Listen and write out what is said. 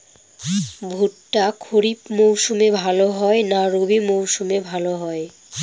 ভুট্টা খরিফ মৌসুমে ভাল হয় না রবি মৌসুমে ভাল হয়?